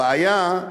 הבעיה,